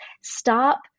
Stop